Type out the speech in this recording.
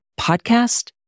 podcast